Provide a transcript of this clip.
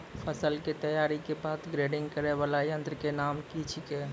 फसल के तैयारी के बाद ग्रेडिंग करै वाला यंत्र के नाम की छेकै?